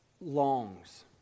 longs